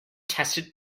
tested